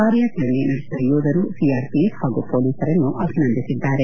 ಕಾರ್ಯಾಚರಣೆ ನಡೆಸಿದ ಯೋಧರು ಸಿಆರ್ಪಿಎಫ್ ಹಾಗೂ ಮೊಲೀಸರನ್ನು ಅಭಿನಂದಿಸಿದ್ದಾರೆ